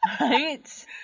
Right